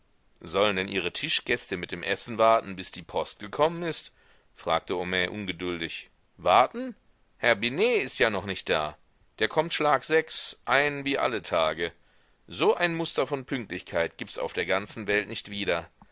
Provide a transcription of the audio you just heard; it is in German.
sollen denn ihre tischgäste mit dem essen warten bis die post gekommen ist fragte homais ungeduldig warten herr binet ist ja noch nicht da der kommt schlag sechs einen wie alle tage so ein muster von pünktlichkeit gibts auf der ganzen welt nicht wieder